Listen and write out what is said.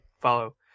follow